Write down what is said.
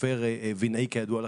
סופר וינאי כידוע לכם,